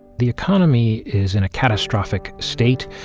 the economy is in a catastrophic state.